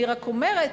אני רק אומרת,